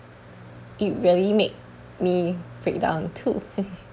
it really made me break down in too